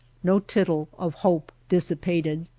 no tittle of hope dissipated.